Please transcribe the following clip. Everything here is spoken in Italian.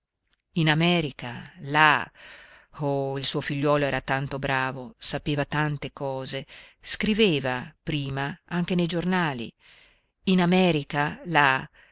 in america là oh il suo figliuolo era tanto bravo sapeva tante cose scriveva prima anche nei giornali in america là